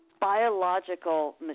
biological